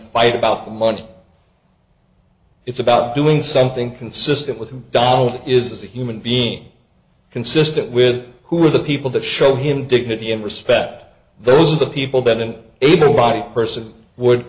fight about money it's about doing something consistent with him donald is a human being consistent with who are the people that show him dignity and respect those are the people that an evil body person would